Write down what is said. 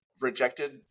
rejected